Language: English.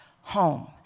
home